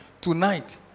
Tonight